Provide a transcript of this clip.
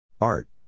Art